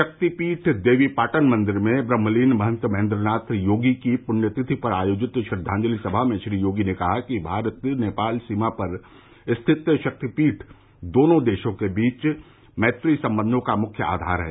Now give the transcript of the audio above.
शक्ति पीठ देवी पाटन मन्दिर में ब्रहमलीन महंत महेन्द्रनाथ योगी की पुण्य तिथि पर आयोजित श्रद्वांजलि सभा में श्री योगी ने कहा कि भारत नेपाल सीमा पर स्थित शक्तिपीठ दोनों देशों के बीच मैत्री संबंधों का मुख्य आधार है